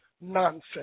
nonsense